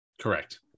Correct